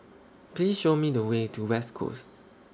Please Show Me The Way to West Coast